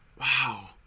wow